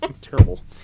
terrible